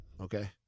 Okay